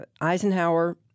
Eisenhower